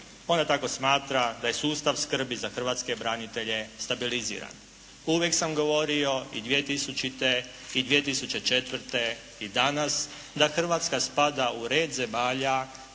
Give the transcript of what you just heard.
Ona tako smatra da je sustav skrbi za hrvatske branitelje stabiliziran. Uvijek sam govorio i 2000. i 2004. i danas da Hrvatska spada u red zemalja